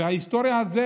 וההיסטוריה הזאת,